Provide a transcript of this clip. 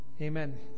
amen